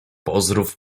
pozdrów